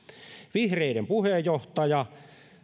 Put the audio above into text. vihreiden puheenjohtaja